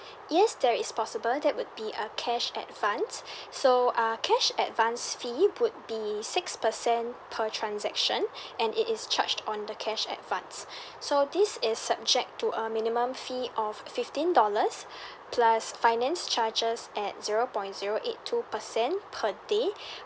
yes that is possible that would be a cash advance so uh cash advance fee would be six percent per transaction and it is charged on the cash advance so this is subject to a minimum fee of fifteen dollars plus finance charges at zero point zero eight two percent per day